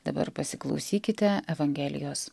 dabar pasiklausykite evangelijos